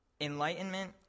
enlightenment